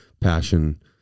passion